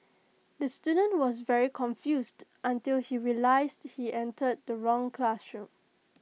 the student was very confused until he realised he entered the wrong classroom